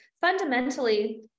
fundamentally